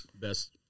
best